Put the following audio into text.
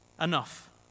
enough